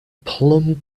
plumb